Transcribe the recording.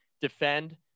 defend